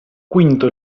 quinto